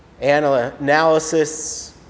analysis